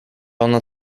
ona